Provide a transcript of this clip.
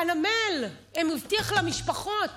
חנמאל הבטיח למשפחות